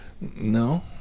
no